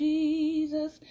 Jesus